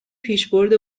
پیشبرد